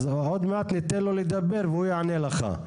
אז עוד מעט ניתן לו לדבר והוא יענה לך.